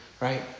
right